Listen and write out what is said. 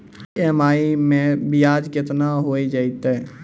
EMI मैं ब्याज केतना हो जयतै?